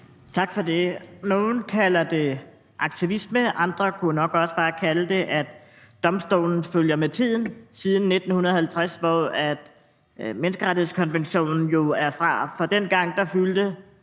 Tak for det. Nogle kalder det aktivisme, og andre kunne nok også bare kalde det, at domstolen følger med tiden siden 1950, hvor menneskerettighedskonventionen jo er fra. For dengang fyldte